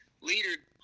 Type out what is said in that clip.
leader